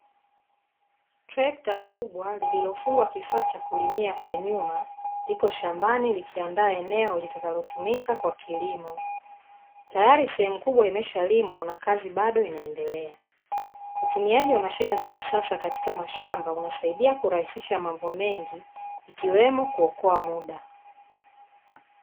Trekta kubwa lililofungwa kifaa cha kulimia kwa nyuma liko shambani, likiandaa eneo litakalotumika kwa kilimo. Tayari sehemu kubwa imeshalimwa na kazi bado inaendelea. Utumiaji wa mashine za kisasa katika mashamba unasaidia kurahisisha mambo mengi, ikiwemo kuokoa muda.